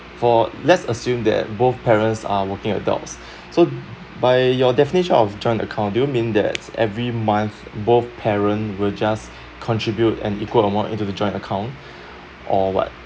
for let's assume that both parents are working adults so by your definition of joint account do you mean that every month both parent will just contribute an equal amount into the joint account or what